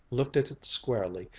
looked at it squarely,